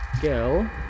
Girl